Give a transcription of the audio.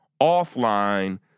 offline